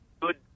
good